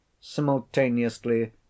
simultaneously